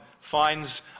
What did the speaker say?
finds